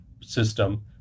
system